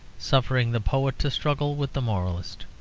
suffering the poet to struggle with the moralist.